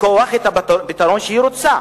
בכוח את הפתרון שהיא רוצה.